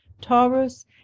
Taurus